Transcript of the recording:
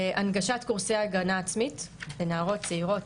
הנגשת קורסי הגנה עצמית לנערות צעירות,